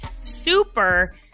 super